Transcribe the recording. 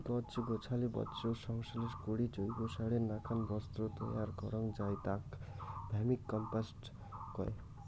গছ গছালি বর্জ্যক সংশ্লেষ করি জৈবসারের নাকান বস্তু তৈয়ার করাং যাই তাক ভার্মিকম্পোস্ট কয়